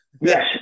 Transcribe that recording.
Yes